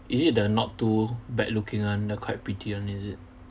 is it the not too bad looking [one] the quite pretty [one] is it